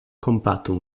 kompatu